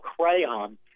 crayon